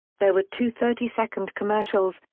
there were two thirty second commercials,